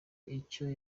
icyo